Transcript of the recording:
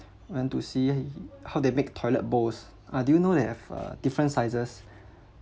went to see how they make toilet bowls I didn't know they have uh different sizes